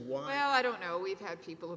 why i don't know we've had people